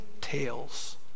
tales